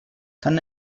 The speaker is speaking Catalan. tan